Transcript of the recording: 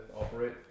operate